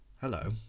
Hello